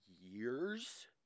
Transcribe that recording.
years